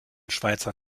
schweizer